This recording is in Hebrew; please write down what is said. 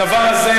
הדבר הזה,